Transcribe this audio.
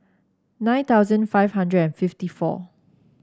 nine thousand five hundred and fifty four